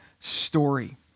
story